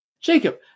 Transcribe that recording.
Jacob